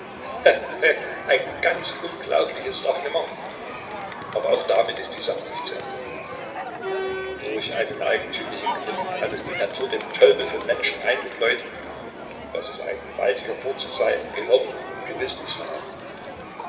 ein ganz unglaubliches raffinement aber auch damit ist die sache nicht zu ende durch einen eigentümlichen kniff hat es die natur dem tölpel von menschen eingebleut daß es ein gewaltiger vorzug sei gehirn und gewissen zu haben